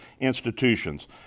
institutions